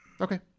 Okay